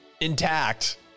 intact